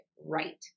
right